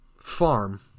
farm